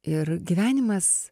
ir gyvenimas